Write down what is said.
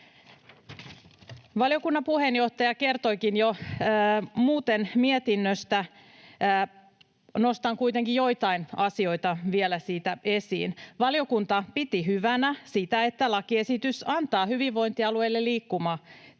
Valiokunnan puheenjohtaja kertoikin jo muuten mietinnöstä. Nostan kuitenkin joitain asioita vielä siitä esiin. Valiokunta piti hyvänä sitä, että lakiesitys antaa hyvinvointialueille liikkumatilaa